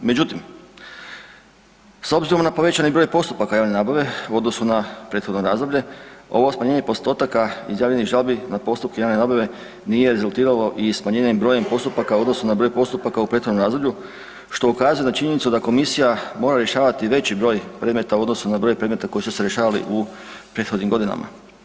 Međutim, s obzirom na povećani broj postupaka javne nabave u odnosu na prethodno razdoblje ovo smanjenje postotaka izjavljenih žalbi na postupke javne nabave nije rezultiralo i smanjenjem broja postupaka u odnosu na broj postupaka u prethodnom razdoblju što ukazuje na činjenicu da komisija mora rješavati veći broj predmeta u odnosu na broj predmeta koji su se rješavali u prethodnim godinama.